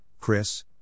Chris